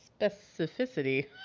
specificity